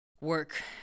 work